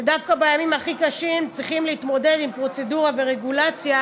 שדווקא בימים הכי קשים צריכות להתמודד עם פרוצדורה ורגולציה.